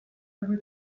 every